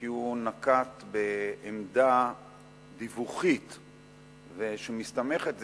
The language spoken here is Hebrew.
כי הוא נקט עמדה דיווחית שמסתמכת,